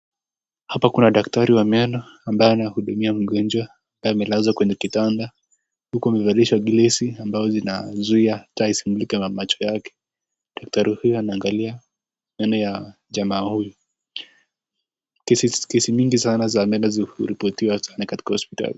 Hapa kuna daktari wa meno ambaye anahudumia mgonjwa, amelazwa kwenye kitanda, huku amevalishwa glesi ambazo zinazuia taa isimulike macho yake. Daktari huyu anaangalia meno ya jamaa huyu, kesi mingi sana za meno huripotiwa sana katika hosiptali.